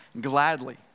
gladly